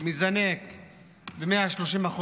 מזנק ב-130%,